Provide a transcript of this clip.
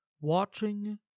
Watching